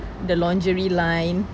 the lingerie line